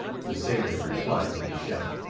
the sailors replied with a shout.